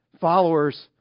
Followers